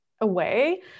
away